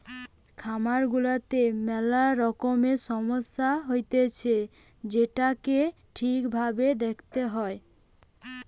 খামার গুলাতে মেলা রকমের সমস্যা হতিছে যেটোকে ঠিক ভাবে দেখতে হয়